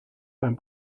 beim